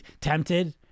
tempted